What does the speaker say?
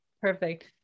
perfect